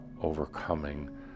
overcoming